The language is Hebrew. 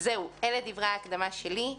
זהו, אלה דברי ההקדמה שלי.